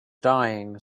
dying